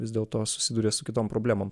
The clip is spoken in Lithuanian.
vis dėl to susiduria su kitom problemom